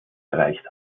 erreicht